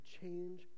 change